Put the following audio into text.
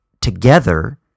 together